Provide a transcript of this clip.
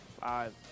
Five